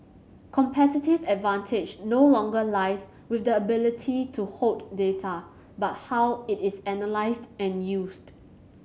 competitive advantage no longer lies with the ability to hoard data but how it is analysed and used